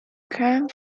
crammed